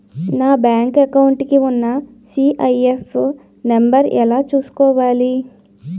నా bank account కి ఉన్న సి.ఐ.ఎఫ్ నంబర్ ఎలా చూసుకోవాలి?